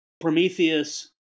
Prometheus